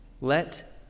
let